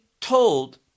told